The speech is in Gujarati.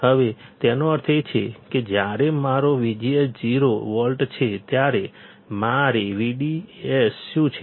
હવે તેનો અર્થ એ છે કે જ્યારે મારો VGS 0 વોલ્ટ છે ત્યારે મારી VDS શું છે